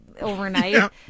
overnight